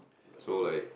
so like